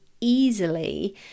easily